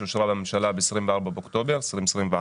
והיא אושרה בממשלה ב-24 באוקטובר 2021,